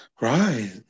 right